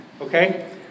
okay